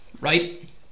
right